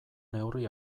neurri